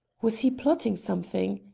was he plotting something?